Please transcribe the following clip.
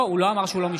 אמר שהוא לא משתתף.